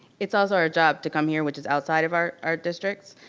it's also our job to come here, which is outside of our our districts.